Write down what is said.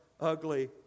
ugly